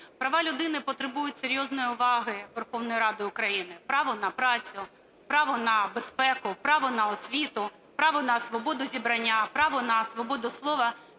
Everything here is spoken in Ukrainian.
Права людини потребують серйозної уваги Верховної Ради України: право на працю, право на безпеку, право на освіту, право на свободу зібрання, право на свободу слова,